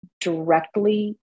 directly